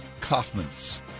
Kaufman's